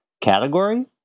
category